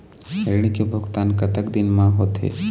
ऋण के भुगतान कतक दिन म होथे?